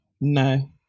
no